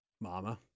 Mama